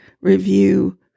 review